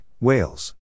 Wales